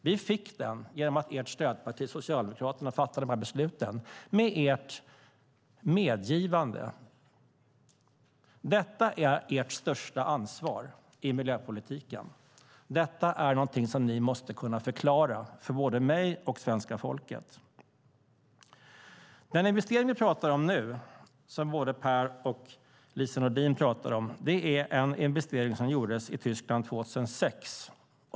Vi fick den genom att Socialdemokraterna som ni var stödparti åt fattade dessa beslut med ert medgivande. Detta är ert största ansvar i miljöpolitiken. Detta är någonting som ni måste kunna förklara för både mig och svenska folket. Den investering som både Per Bolund och Lise Nordin nu talar om är en investering som gjordes i Tyskland 2006.